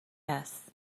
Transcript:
هست